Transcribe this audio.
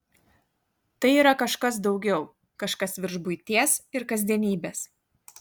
tai yra kažkas daugiau kažkas virš buities ir kasdienybės